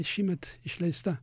šįmet išleista